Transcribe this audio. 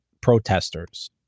protesters